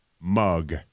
mug